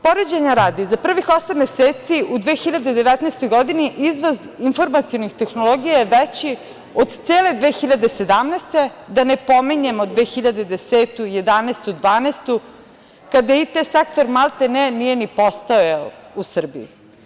Poređanja radi, za prvih osam meseci u 2019. godini izvoz informacionih tehnologija je veći od cele 2017. godine, da ne pominjemo 2010, 2011, 2012. godinu kada IT sektor maltene nije ni postojao u Srbiji.